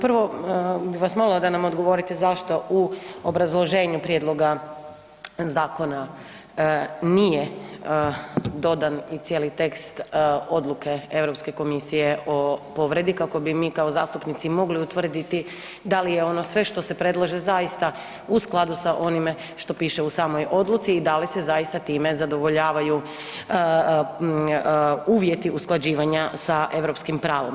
Prvo bih vas molila da nam odgovorite zašto u obrazloženju prijedloga zakona nije dodan i cijeli tekst odluke Europske komisije o povredi, kako bi mi kao zastupnici mogli utvrditi da li je ono sve što se predlaže zaista u skladu da onima što piše u samoj odluci i da li se zaista time zadovoljavaju uvjeti usklađivanja sa europskim pravom.